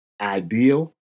ideal